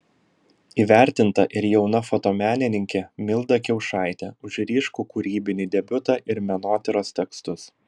įvertinta ir jauna fotomenininkė milda kiaušaitė už ryškų kūrybinį debiutą ir menotyros tekstus